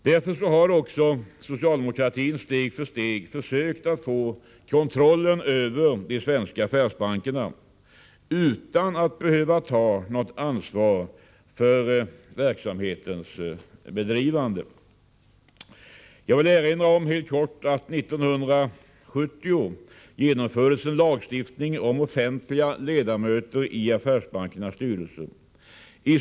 Därför har också socialdemokratin steg för steg försökt att få kontrollen över de svenska affärsbankerna utan att behöva ta något ansvar för verksamhetens bedrivande. Jag vill helt kortfattat erinra om att det 1970 genomfördes en lagstiftning om offentliga ledamöter i affärsbankernas styrelser.